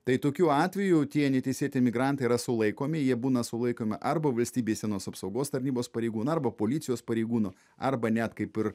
tai tokiu atveju tie neteisėti migrantai yra sulaikomi jie būna sulaikomi arba valstybės sienos apsaugos tarnybos pareigūnų arba policijos pareigūnų arba net kaip ir